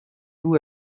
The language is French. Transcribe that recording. vous